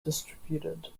distributed